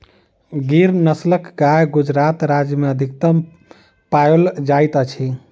गिर नस्लक गाय गुजरात राज्य में अधिकतम पाओल जाइत अछि